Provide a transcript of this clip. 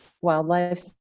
wildlife